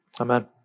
Amen